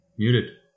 Muted